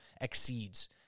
exceeds